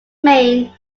main